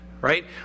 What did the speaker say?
right